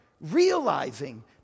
realizing